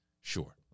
Sure